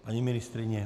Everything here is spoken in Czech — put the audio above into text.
Paní ministryně?